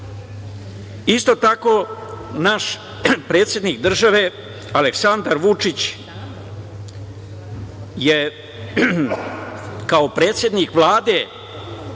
tako, naš predsednik države Aleksandar Vučić je kao predsednik Vlade